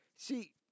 See